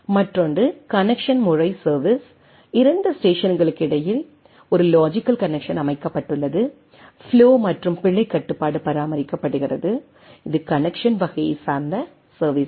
மற்றொன்று கனெக்சன் முறை சர்வீஸ் 2 ஸ்டேஷன்களுக்கு இடையில் ஒரு லாஜிக்கல் கனெக்சன் அமைக்கப்பட்டுள்ளது ஃப்ளோ மற்றும் பிழைக் கட்டுப்பாடு பராமரிக்கப்படுகிறது இது கனெக்சன் வகையை சார்ந்த சர்வீஸ் ஆகும்